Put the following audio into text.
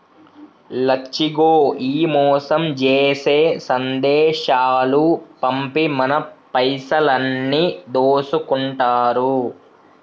లచ్చిగో ఈ మోసం జేసే సందేశాలు పంపి మన పైసలన్నీ దోసుకుంటారు